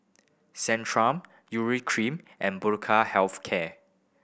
Centrum Urea Cream and Health Care